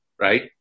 Right